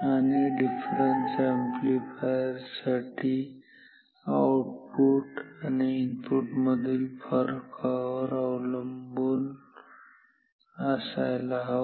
आणि different amplifier साठी output input मधील फरकावर अवलंबून असायला हवा